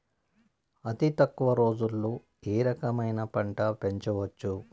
అతి తక్కువ రోజుల్లో ఏ రకమైన పంట పెంచవచ్చు?